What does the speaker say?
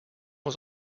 was